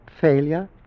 failure